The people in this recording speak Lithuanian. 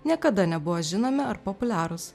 niekada nebuvo žinomi ar populiarūs